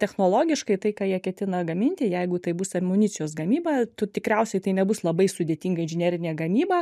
technologiškai tai ką jie ketina gaminti jeigu tai bus amunicijos gamyba tu tikriausiai tai nebus labai sudėtinga inžinerinė gamyba